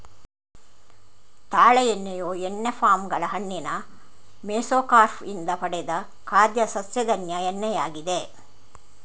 ತಾಳೆ ಎಣ್ಣೆಯು ಎಣ್ಣೆ ಪಾಮ್ ಗಳ ಹಣ್ಣಿನ ಮೆಸೊಕಾರ್ಪ್ ಇಂದ ಪಡೆದ ಖಾದ್ಯ ಸಸ್ಯಜನ್ಯ ಎಣ್ಣೆಯಾಗಿದೆ